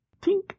Tink